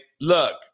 look